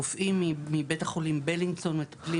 רופאים מבית החולים בילינסון מטפלים